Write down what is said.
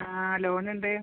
ആ ലോണുണ്ട്